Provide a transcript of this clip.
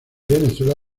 venezuela